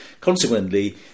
consequently